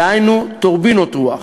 דהיינו טורבינות רוח.